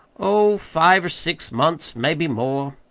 oh, five or six months maybe more.